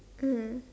mm